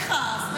תכעס.